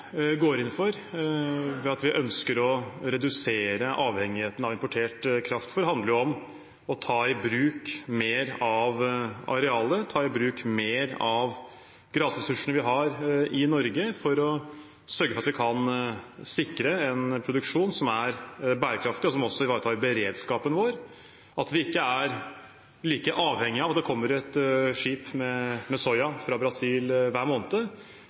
går inn for, ved at vi ønsker å redusere avhengigheten av importert kraftfôr, handler om å ta i bruk mer av arealet, ta i bruk mer av grasressursene vi har i Norge, for å sørge for at vi kan sikre en produksjon som er bærekraftig, og som også ivaretar beredskapen vår – at vi ikke er like avhengige av at det kommer et skip med soya fra Brasil hver måned.